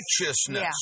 righteousness